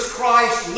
Christ